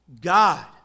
God